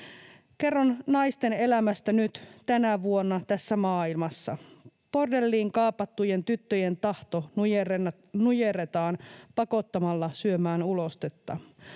”Kerron naisten elämästä nyt, tänä vuonna, tässä maailmassa. Bordelliin kaapattujen tyttöjen tahto nujerretaan pakottamalla syömään ulostetta.